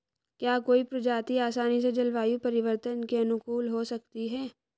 क्या कोई प्रजाति आसानी से जलवायु परिवर्तन के अनुकूल हो सकती है?